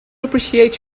appreciate